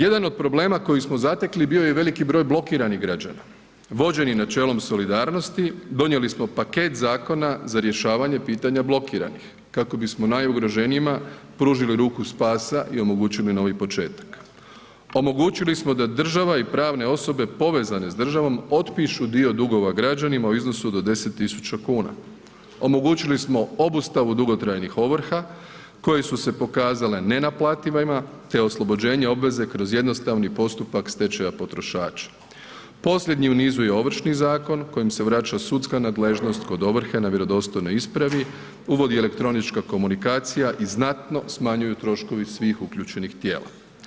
Jedan od problema koji smo zatekli bio je i veliki broj blokiranih građana, vođeni načelom solidarnosti donijeli smo paket zakona za rješavanje pitanja blokiranih kako bismo najugroženijima pružili ruku spasa i omogućili novi početak, omogućili smo da država i pravne osobe povezane s državom otpišu dio dugova građanima u iznosu do 10.000,00 kn, omogućili smo obustavu dugotrajnih ovrha koje su se pokazale nenaplativima, te oslobođenje obveze kroz jednostavni postupak stečaja potrošača, posljednji u nizu je Ovršni zakon kojim se vraća sudska nadležnost kod ovrhe na vjerodostojnoj ispravi, uvodi elektronička komunikacija i znatno smanjuju troškovi svih uključenih tijela.